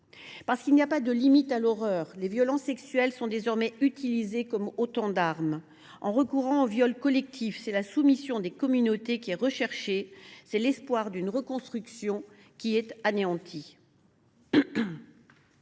Parce qu’il n’y a pas de limite à l’horreur, les violences sexuelles sont désormais utilisées comme des armes. En recourant aux viols collectifs, c’est la soumission des communautés qui est recherchée, c’est l’espoir d’une reconstruction qui est anéanti.